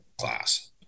class